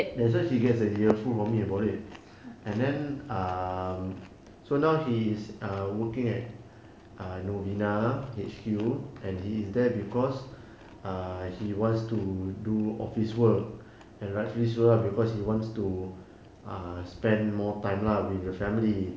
that's why she gets a earful from me about it and then um so now he is uh working at uh novena H_Q and he is there because uh he wants to do office work and rightfully so lah because he wants to uh spend more time lah with your family